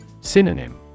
Synonym